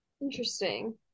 interesting